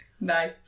Nice